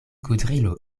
kudrilo